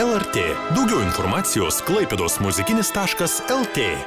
lrt daugiau informacijos klaipėdos muzikinis taškas lt